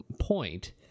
point